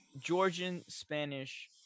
Georgian-Spanish